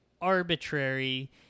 arbitrary